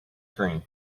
screen